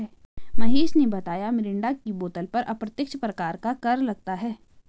महेश ने बताया मिरिंडा की बोतल पर अप्रत्यक्ष प्रकार का कर लगता है